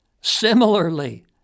similarly